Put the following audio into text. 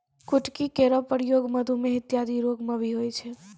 कुटकी केरो प्रयोग मधुमेह इत्यादि रोग म भी होय छै